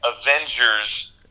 Avengers